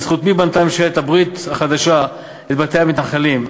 בזכות מי בנתה ממשלת הברית החדשה את בתי המתנחלים.